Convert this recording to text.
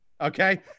Okay